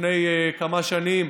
לפני כמה שנים,